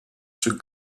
czy